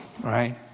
right